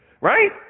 right